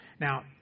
Now